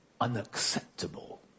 unacceptable